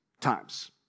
times